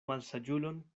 malsaĝulon